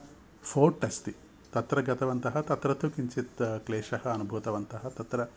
fort अस्ति तत्र गतवन्तः तत्र तु किञ्चित् क्लेशम् अनुभूतवन्तः तत्र